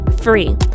free